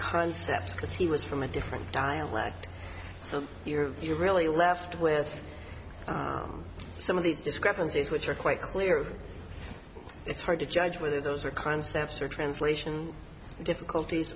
concepts because he was from a different dialect so you're you're really left with some of these discrepancies which are quite clear it's hard to judge whether those are concepts or translation difficulties